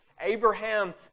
Abraham